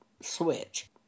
switch